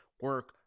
Work